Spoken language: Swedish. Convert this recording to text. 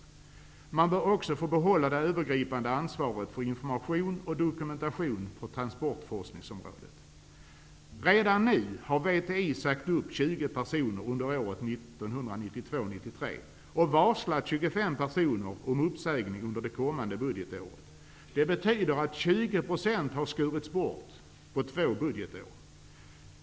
Man bör också få behålla det övergripande ansvaret för information och dokumentation på transportforskningsområdet. Redan nu har VTI sagt upp 20 personer under budgetåret 1992/93, och man har varslat 25 personer om uppsägning under det kommande budgetåret. Det betyder att 20 % har skurits bort på två budgetår.